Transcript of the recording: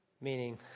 Meaning